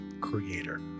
Creator